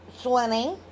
swimming